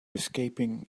escaping